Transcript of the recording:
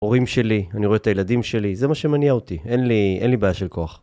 הורים שלי, אני רואה את הילדים שלי, זה מה שמניע אותי, אין לי בעיה של כוח.